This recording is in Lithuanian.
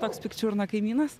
toks pikčiurna kaimynas